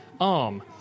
Arm